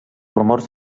rumors